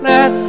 Let